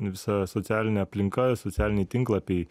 visa socialinė aplinka socialiniai tinklapiai